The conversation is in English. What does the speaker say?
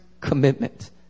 commitment